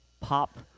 pop